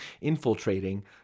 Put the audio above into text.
infiltrating